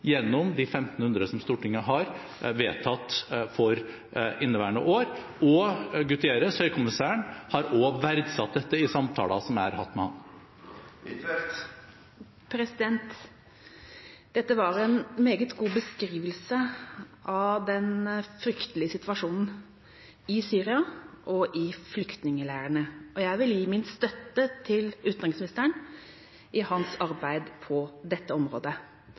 gjennom de 1 500 som Stortinget har vedtatt for inneværende år, og Guterres, Høykommissæren, har også verdsatt dette i samtaler som jeg har hatt med ham. Dette var en meget god beskrivelse av den fryktelige situasjonen i Syria og i flyktningleirene, og jeg vil gi min støtte til utenriksministeren i hans arbeid på dette området.